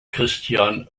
christian